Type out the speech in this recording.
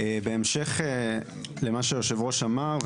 בהמשך למה שהיושב-ראש אמר,